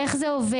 איך זה עובד,